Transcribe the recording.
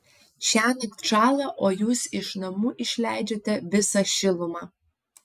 šiąnakt šąla o jūs iš namų išleidžiate visą šilumą